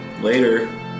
Later